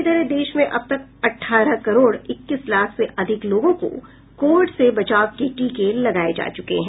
इधर देश में अब तक अठारह करोड इक्कीस लाख से अधिक लोगों को कोविड से बचाव के टीके लगाए जा चुके हैं